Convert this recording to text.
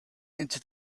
into